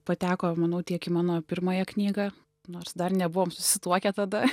pateko manau tiek į mano pirmąją knygą nors dar nebuvome susituokę tada